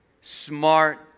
smart